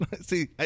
See